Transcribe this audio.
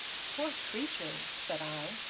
poor creature! said i,